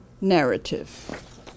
narrative